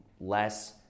Less